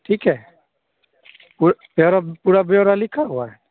ठीक है कोई कह रहे पूरा ब्योरा लिखा हुआ है